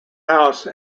house